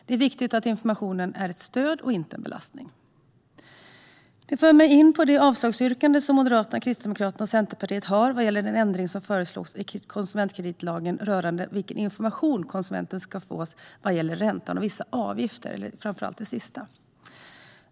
Det är viktigt att informationen blir ett stöd och inte en belastning. Detta för mig in på Moderaternas, Kristdemokraternas och Centerpartiets avslagsyrkande vad gäller den ändring som föreslogs i konsumentkreditlagen rörande vilken information konsumenten ska få angående ränta och - framför allt - vissa avgifter.